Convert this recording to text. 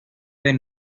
del